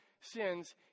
sins